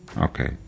okay